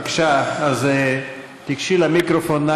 אז בבקשה, גשי למיקרופון.